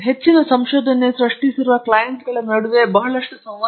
ಮತ್ತು ಹೆಚ್ಚಿನ ಸಂಶೋಧನೆಯನ್ನು ಸೃಷ್ಟಿಸಿರುವ ಕ್ಲೈಂಟ್ಗಳ ನಡುವಿನ ಬಹಳಷ್ಟು ಸಂವಹನವೂ ಇದೆ